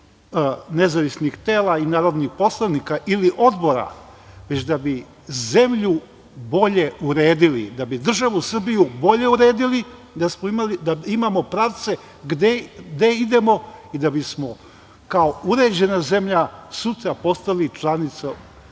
nezavisnih tela i narodnih poslanika, ili odbora, već da bi zemlju bolje uredili, da bi državu Srbiju bolje uredili, da imamo pravce gde idemo i da bismo kao uređena zemlja sutra postali članica